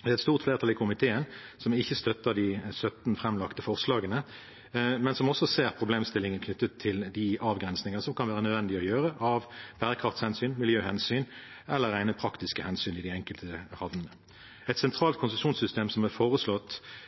Det er et stort flertall i komiteen som ikke støtter de 17 framlagte forslagene, men som også ser problemstillingen knyttet til de avgrensninger som kan være nødvendige å gjøre av bærekrafthensyn, miljøhensyn eller av rent praktiske hensyn i de enkelte havnene. Et sentralt konsesjonssystem, som er foreslått